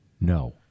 No